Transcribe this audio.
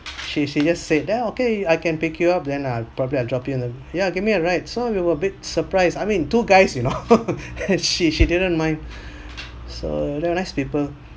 she she just said ya okay I can pick you up then I'll probably drop in a yeah give me a ride so we were a bit surprised I mean two guys you know she she didn't mind so they're nice people